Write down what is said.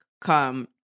come